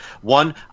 One